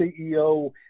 CEO